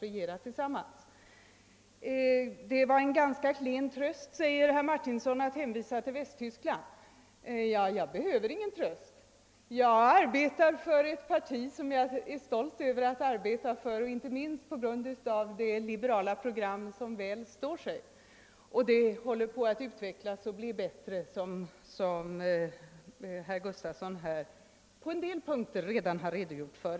Herr Martinsson sade vidare att det var ganska klen tröst att hänvisa till Västtyskland. Ja, jag behöver ingen tröst. Jag arbetar för ett parti som jag är stolt över att företräda, inte minst på grund av dess liberala program, som väl står sig. Det håller också på att utvecklas och förbättras på en del punkter, vilket herr Gustafson i Göteborg redan redogjort för.